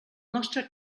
nostre